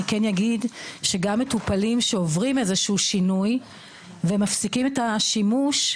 אני כן אגיד שגם מטופלים שעוברים איזשהו שינוי ומפסיקים את השימוש,